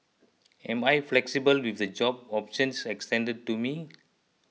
am I flexible with the job options extended to me